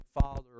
Father